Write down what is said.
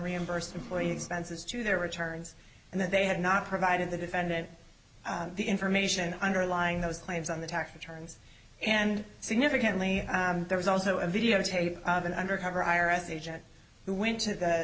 reimbursed employee expenses to their returns and that they had not provided the defendant the information underlying those claims on the tax returns and significantly there was also a videotape of an undercover i r s agent who went to the